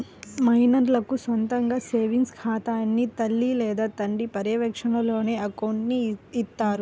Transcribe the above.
మైనర్లకు సొంతగా సేవింగ్స్ ఖాతాని తల్లి లేదా తండ్రి పర్యవేక్షణలోనే అకౌంట్ని ఇత్తారు